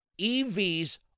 EVs